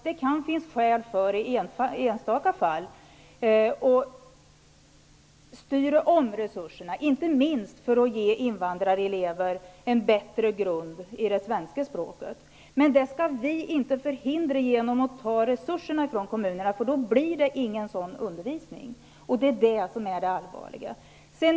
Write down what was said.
Det kan i enskilda fall finnas skäl till att styra om resurserna, inte minst för att ge invandrarelever en bättre grund i det svenska språket. Men det skall vi inte förhindra genom att ta resurserna ifrån kommunerna. Då blir det inte någon sådan undervisning. Det är alltså det allvarliga.